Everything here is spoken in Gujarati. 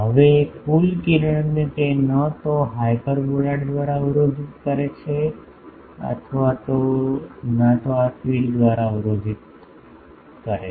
તેથી હવે કુલ કિરણને તે ન તો હાઈપરબોલોઇડ દ્વારા અવરોધિત કરે છે અથવા તો આ ફીડ દ્વારા અવરોધિત નથી